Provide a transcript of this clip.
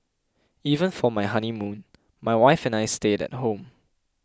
even for my honeymoon my wife and I stayed at home